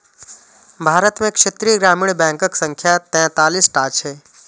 भारत मे क्षेत्रीय ग्रामीण बैंकक संख्या तैंतालीस टा छै